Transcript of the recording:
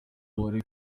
uwari